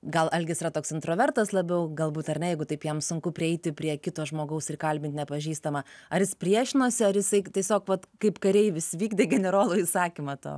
gal algis yra toks introvertas labiau galbūt ar ne jeigu taip jam sunku prieiti prie kito žmogaus ir kalbint nepažįstamą ar jis priešinosi ar jisai tiesiog vat kaip kareivis vykdė generolo įsakymą to